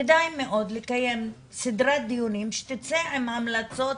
כדאי מאוד לקיים סדרת דיונים שתצא עם המלצות